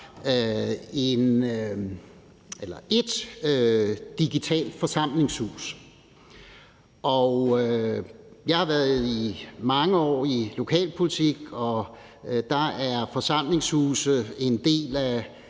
et digitalt forsamlingshus. Jeg har været mange år i lokalpolitik, og der er forsamlingshuse en del af